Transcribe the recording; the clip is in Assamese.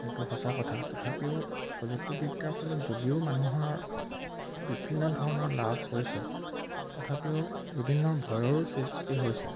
সেইটো সঁচা কথা তথাপিও প্ৰযুক্তিবিদ্যাৰ ফলত যদিও মানুহৰ বিভিন্ন ধৰণৰ লাভ হৈছে তথাপিও বিভিন্ন ভয়ৰো সৃষ্টি হৈছে